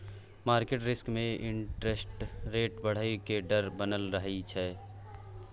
market risk में interest rate बढ़इ के डर बनल रहइ छइ